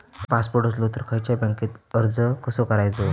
Passport असलो तर खयच्या बँकेत अर्ज कसो करायचो?